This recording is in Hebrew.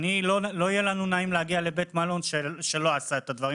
לא יהיה לנו נעים להגיע לבית מלון שלא עשה את הדברים